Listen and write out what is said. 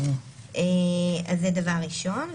זה דבר ראשון.